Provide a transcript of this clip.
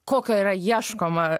kokio yra ieškoma